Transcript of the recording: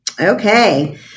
Okay